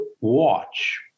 watch